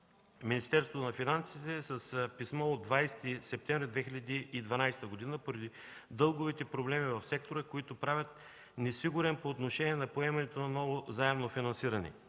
Министерството на финансите с писмо от 20 септември 2012 г. поради дълговите проблеми в сектора, които правят несигурен по отношение на поемането на ново заемно финансиране.